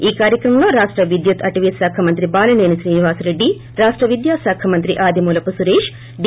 ఈ కార్యక్రమంలో రాష్ట విద్యుత్ అటవీ శాఖ మంత్రి బాలినేని శ్రీనివాస్ రెడ్డి రాష్ట విద్యా శాఖ మంత్రి ఆదిమ్మాలపు సురేష్ డి